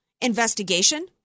investigation